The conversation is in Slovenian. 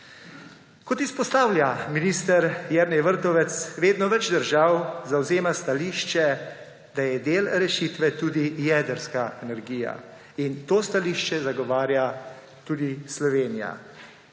Kot izpostavlja minister Jernej Vrtovec, vedno več držav zavzema stališče, da je del rešitve tudi jedrska energija. In to stališče zagovarja tudi Slovenija.